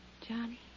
Johnny